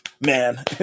man